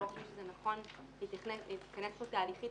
אנחנו לא חושבים שזה נכון להיכנס כאן תהליכית